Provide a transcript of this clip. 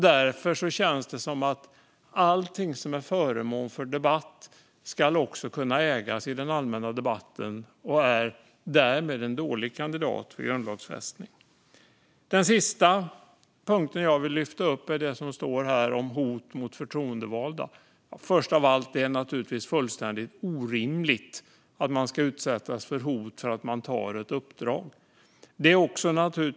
Därför känns det som att allt som är föremål för debatt också ska kunna ägas i den allmänna debatten och därmed är en dålig kandidat för grundlagsfästning. Den sista frågan jag vill lyfta upp är det som står i betänkandet om hot mot förtroendevalda. Först av allt: Det är naturligtvis fullständigt orimligt att man ska utsättas för hot för att man tar ett uppdrag.